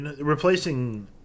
replacing